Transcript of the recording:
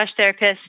therapist